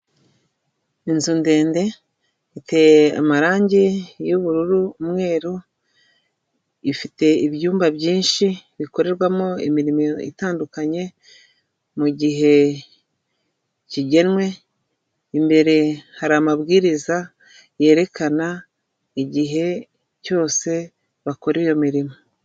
Inzu ndende iteye amarangi y'ubururu, umweru, ifite ibyumba byinshi bikorerwamo imirimo itandukanye, mu gihe kigenwe, imbere hari amabwiriza yerekana igihe cyose bakora iyo mirimo.